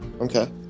Okay